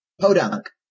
Podunk